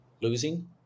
losing